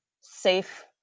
safe